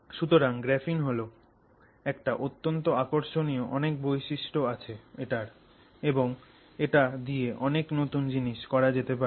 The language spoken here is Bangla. সুতরাং গ্রাফিন হল একটা অত্যন্ত আকর্ষণীয় উপাদান এবং এটার অনেক বৈশিষ্ট্য আছে এবং এটা দিয়ে অনেক নতুন জিনিস করা যেতে পারে